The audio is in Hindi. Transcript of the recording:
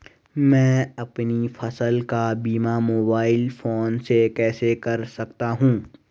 मैं अपनी फसल का बीमा मोबाइल फोन से कैसे कर सकता हूँ?